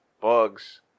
bugs